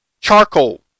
charcoal